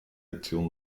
aktion